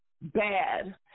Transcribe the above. bad